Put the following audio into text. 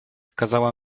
kazała